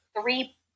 three